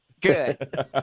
Good